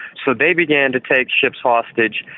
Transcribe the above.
so they began to take ships hostage,